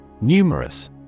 Numerous